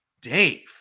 Dave